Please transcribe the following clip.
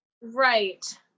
Right